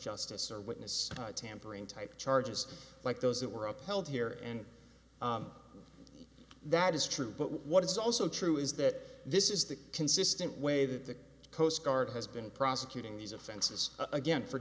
justice or witness tampering type charges like those that were upheld here and that is true but what is also true is that this is the consistent way that the coast guard has been prosecuting these offenses again for